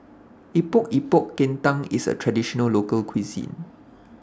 Epok Epok Kentang IS A Traditional Local Cuisine